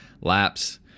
Laps